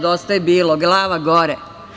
Dosta je bilo, glava gore.